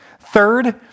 Third